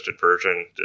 version